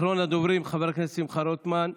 אחרון הדוברים, חבר הכנסת שמחה רוטמן.